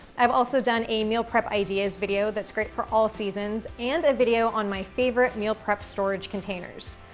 i've also done a meal prep ideas video that's great for all seasons, and a video on my favorite meal prep storage containers.